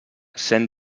cent